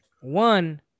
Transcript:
one